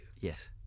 Yes